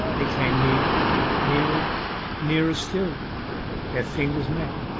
they came near nearer nearer still their fingers met.